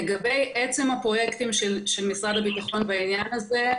לגבי עצם הפרויקטים של משרד הביטחון בעניין הזה,